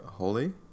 holy